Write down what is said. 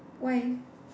why